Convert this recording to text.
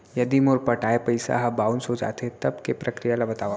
यदि मोर पटाय पइसा ह बाउंस हो जाथे, तब के प्रक्रिया ला बतावव